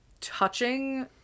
touching